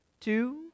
two